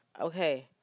Okay